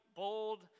bold